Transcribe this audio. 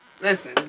Listen